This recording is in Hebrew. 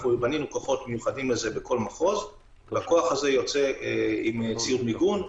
בנינו לזה כוחות מיוחדים בכל מחוז והכוח הזה יוצא עם ציוד מיגון,